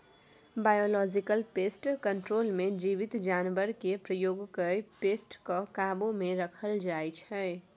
biological pest control मे जीबित जानबरकेँ प्रयोग कए पेस्ट केँ काबु मे राखल जाइ छै